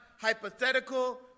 hypothetical